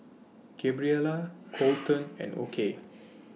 Gabriella Coleton and Okey